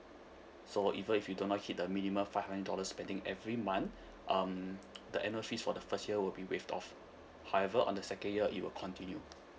so even if you do not hit the minimum five hundred dollar spending every month um the annual fees for the first year will be waived off however on the second year it will continue